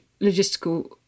logistical